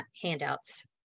handouts